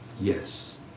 yes